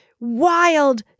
wild